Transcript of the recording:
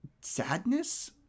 sadness